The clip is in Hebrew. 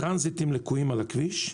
טרנזיטים לקויים על הכביש.